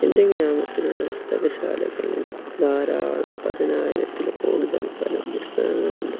എൻ്റെ ഗ്രാമത്തിലുള്ള പുസ്തകശാലകളിൽ ധാരാളം പതിനായിരത്തില്ക്കൂടുതൽ പരം പുസ്തകങ്ങളുണ്ട്